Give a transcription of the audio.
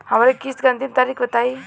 हमरे किस्त क अंतिम तारीख बताईं?